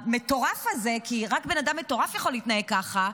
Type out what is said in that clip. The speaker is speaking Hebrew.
המטורף הזה, כי רק בן אדם מטורף יכול להתנהג כך,